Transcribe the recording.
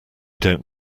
don’t